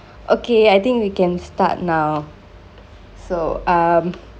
okay I think we can start now so um